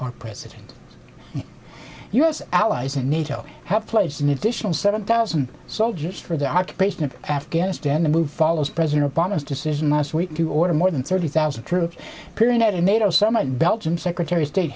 our president u s allies in nato have pledged an additional seven thousand soldiers for the occupation of afghanistan the move follows president obama's decision last week to order more than thirty thousand troops period at a nato someone belgium secretary of state